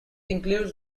includes